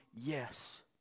yes